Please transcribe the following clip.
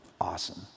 Awesome